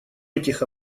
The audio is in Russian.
этих